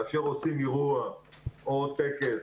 כאשר עושים אירוע או טקס,